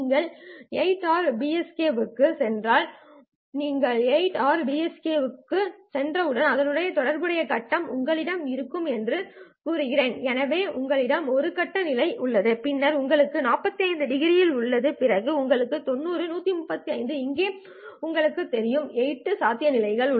நீங்கள் 8 ary PSK க்குச் சென்றால் நீங்கள் 8 ஆரி PSK க்குச் சென்றால் அதனுடன் தொடர்புடைய கட்டம் உங்களிடம் இருக்கும் என்று கூறுகிறது எனவே உங்களிடம் 1 கட்ட நிலை உள்ளது பின்னர் உங்களுக்கு 45 டிகிரி உள்ளது பிறகு உங்களுக்கு 90 135 உள்ளது இங்கே உங்களுக்குத் தெரியும் இவை 8 சாத்தியமான நிலைகள்